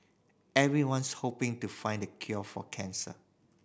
everyone's hoping to find the cure for cancer